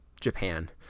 Japan